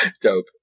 Dope